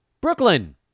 Brooklyn